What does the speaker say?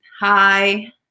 hi